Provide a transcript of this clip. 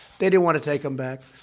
they didn't want to take them back.